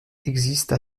existe